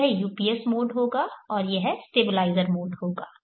तो यह UPS mode होगा और यह स्टेबलाइजर मोड होगा